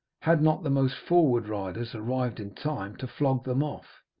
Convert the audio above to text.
had not the most forward riders arrived in time to flog them off,